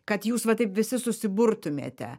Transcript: kad jūs va taip visi susiburtumėte